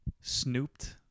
Snooped